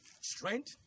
strength